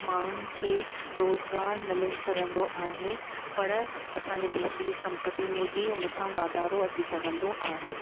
माण्हुनि खे रोज़गार मिली सघंदो आहे पर असां जे देश जी सम्पत्तीअ में बि हुन सां वाधारो अची सघंदो आहे